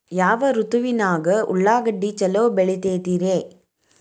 ಯಾವ ಋತುವಿನಾಗ ಉಳ್ಳಾಗಡ್ಡಿ ಛಲೋ ಬೆಳಿತೇತಿ ರೇ?